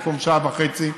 במקום בשעה וחצי,